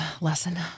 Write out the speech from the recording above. lesson